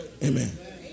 Amen